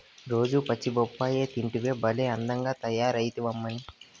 రోజూ పచ్చి బొప్పాయి తింటివా భలే అందంగా తయారైతమ్మన్నీ